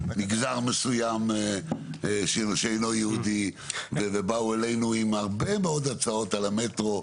במגזר מסוים שאינו יהודי ובאו אלינו עם הרבה מאוד הצעות על המטרו,